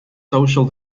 social